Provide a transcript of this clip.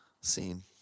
Scene